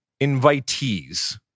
invitees